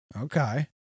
Okay